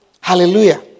Hallelujah